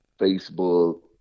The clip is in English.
Facebook